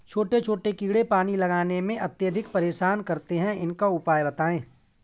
छोटे छोटे कीड़े पानी लगाने में अत्याधिक परेशान करते हैं इनका उपाय बताएं?